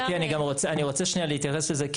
גברתי, אני רוצה שנייה להתייחס לזה.